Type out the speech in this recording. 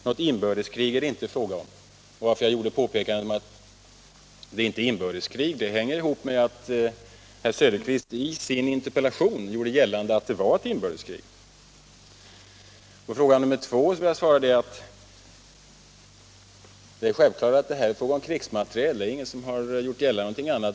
Något inbördeskrig är det inte fråga om.” Att jag gjorde det påpekandet att det inte är fråga om ett inbördeskrig sammanhänger med att herr Söderqvist i sin interpellation hävdade att det gällde ett inbördeskrig. På den andra frågan vill jag svara att det är självklart att det rör sig om krigsmateriel, och det är ingen som har gjort gällande något annat heller.